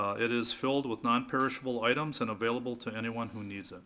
ah it is filled with non perishable items and available to anyone who needs it.